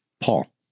Paul